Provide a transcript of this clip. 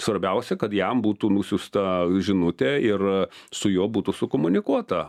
svarbiausia kad jam būtų nusiųsta žinutė ir su juo būtų sukomunikuota